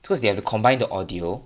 cause they have to combine the audio